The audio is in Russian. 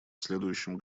следующем